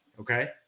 Okay